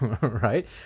Right